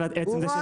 הוא רק